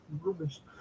rubbish